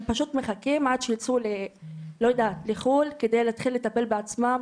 הם פשוט מחכים עד שייצאו לחו"ל כדי להתחיל לטפל בעצמם,